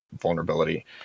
vulnerability